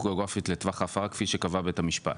גיאוגרפית לטווח ההפרה כפי שקבע בית המשפט.